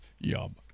Yum